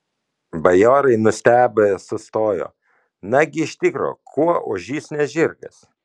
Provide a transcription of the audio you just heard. bajorai nustebę sustojo nagi iš tikro kuo ožys ne žirgas